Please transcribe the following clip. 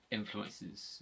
influences